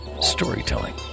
storytelling